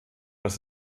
als